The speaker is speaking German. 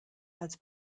als